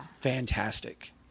fantastic